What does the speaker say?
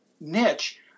niche